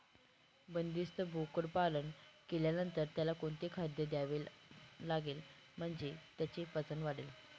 बंदिस्त बोकडपालन केल्यानंतर त्याला कोणते खाद्य द्यावे लागेल म्हणजे त्याचे वजन वाढेल?